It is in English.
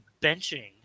benching